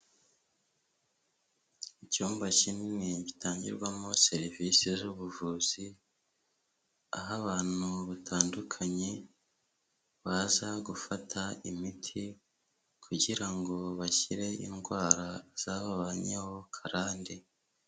Icyumba kinini gitangirwamo serivisi z'ubuvuzi, aho abantu batandukanye baza gufata imiti kugira ngo bashyire indwara zababanyeho karande.